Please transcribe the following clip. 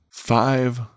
five